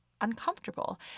uncomfortable